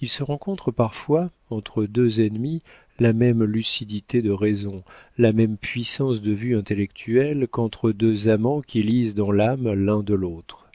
il se rencontre parfois entre deux ennemis la même lucidité de raison la même puissance de vue intellectuelle qu'entre deux amants qui lisent dans l'âme l'un de l'autre